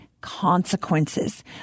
consequences